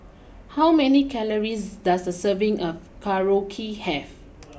how many calories does a serving of Korokke have